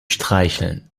streicheln